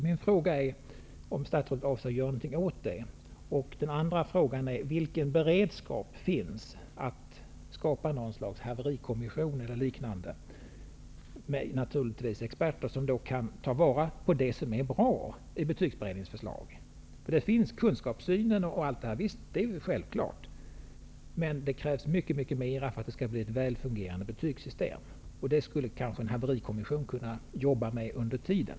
Min fråga är: Min andra fråga är: Vilken beredskap finns att skapa något slags haverikommission, eller liknande, som kan ta vara på det som är bra i betygsberedningsförlaget? Självfallet finns kunskapssynen, men det krävs mycket mer för att det skall bli ett väl fungerande betygssystem. En haverikommission skulle kanske kunna jobba med det under tiden.